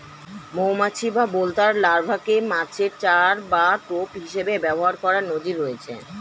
মৌমাছি বা বোলতার লার্ভাকে মাছের চার বা টোপ হিসেবে ব্যবহার করার নজির রয়েছে